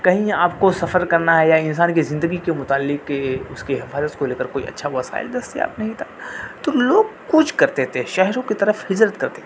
کہیں آپ کو سفر کرنا ہے یا انسان کے زندگی کے متعلک اس کے حفاظت کو لے کر کوئی اچھا وسائل دستیاب نہیں تھا تو لوگ کوچ کرتے تھے شہروں کے طرف ہجرت کرتے تھے